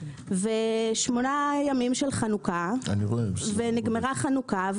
ונגמר חנוכה,